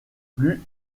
plus